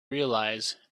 realise